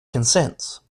consents